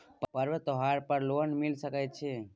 पर्व त्योहार पर लोन मिले छै?